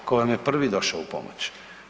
Tko vam je prvi došao u pomoć?